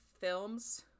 films